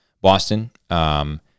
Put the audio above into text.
Boston